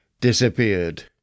disappeared